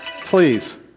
Please